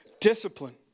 discipline